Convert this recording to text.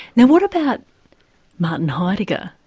now what about martin heidegger,